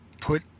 put